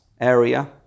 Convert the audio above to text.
area